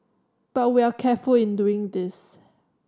but we are careful in doing this